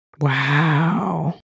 Wow